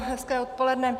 Hezké odpoledne.